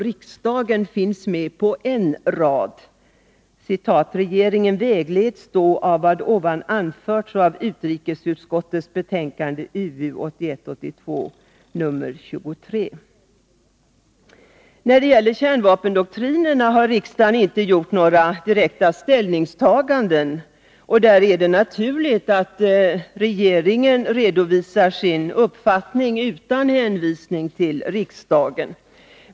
Riksdagen finns med på en rad: 22 november 1982 ”Regeringen vägleds då av vad som nu anförts och av utrikesutskottets betänkande 1981/82:23.” I fråga om kärnvapendoktrinerna har riksdagen inte gjort några direkta ställningstaganden. På den punkten är det naturligt att regeringen redovisar sin uppfattning utan hänvisning till riksdagen.